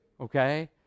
Okay